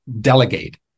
delegate